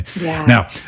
Now